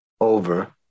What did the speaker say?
over